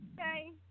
Okay